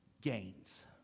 gains